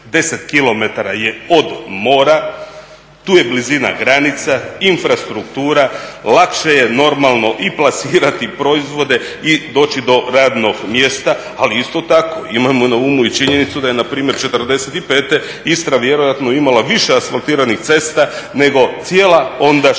10km je od mora, tu je blizina granica, infrastruktura, lakše je normalno i plasirati proizvode i doći do radnog mjesta, ali isto tako imajmo na umu i činjenicu da je npr. '45. Istra vjerojatno imala više asfaltiranih cesta nego cijela ondašnja